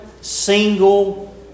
single